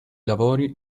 lavori